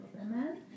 Amen